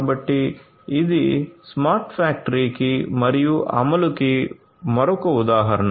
కాబట్టి ఇది స్మార్ట్ ఫ్యాక్టరీకి మరియు అమలు కి మరొక ఉదాహరణ